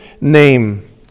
name